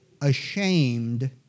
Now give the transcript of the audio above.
ashamed